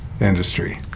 industry